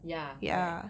ya correct